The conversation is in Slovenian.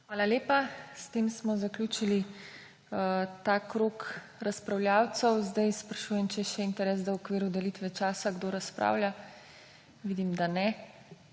Hvala lepa. S tem smo zaključili ta krog razpravljavcev. Sprašujem, ali je še interes, da v okviru delitve časa kdo razpravlja. Vidim, da ne,